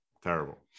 terrible